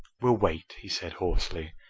we'll wait, he said hoarsely,